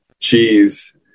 cheese